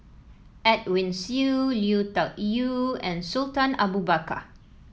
Edwin Siew Lui Tuck Yew and Sultan Abu Bakar